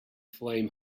flame